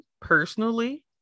personally